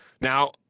Now